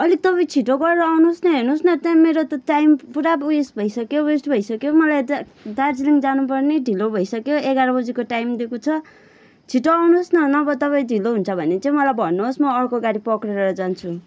अलिक तपाईँ छिट्टो गरेर आउनुहोस् न हेर्नुहोस् न त्यहाँ मेरो त टाइम पुरा उयस सइसक्यो वेस्ट भइसक्यो मलाई त दार्जिलिङ जानु पर्ने ढिलो भइसक्यो एघार बजीको टाइम दिएको छ छिटो आउनुहोस् न नभए तपाईँ ढिलो हुन्छ भने चाहिँ तपाईँ मलाई भन्नुहोस् म अर्को गाडी पक्रिएर जान्छु